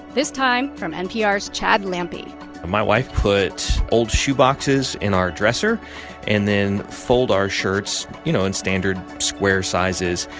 this time from npr's chad lampe my wife put old shoeboxes in our dresser and then fold our shirts, you know, in standard square sizes,